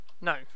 no